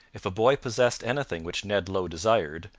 if a boy possessed anything which ned low desired,